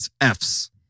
Fs